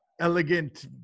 elegant